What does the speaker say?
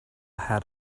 had